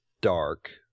dark